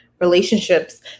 relationships